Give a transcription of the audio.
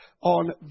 on